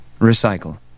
Recycle